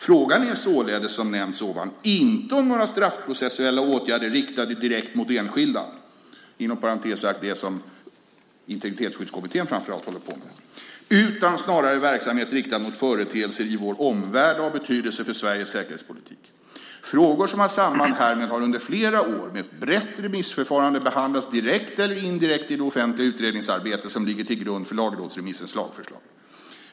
Frågan är således, som nämnts ovan, inte om några straffprocessuella åtgärder riktade direkt mot enskilda" - inom parentes sagt det som Integritetsskyddskommittén framför allt håller på med - "utan snarare verksamhet riktad mot företeelser i vår omvärld av betydelse för Sveriges säkerhetspolitik. Frågor som har samband härmed har under flera år med ett brett remissförfarande behandlats direkt eller indirekt i det offentliga utredningsarbete som ligger till grund för lagrådsremissens lagförslag.